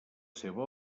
seva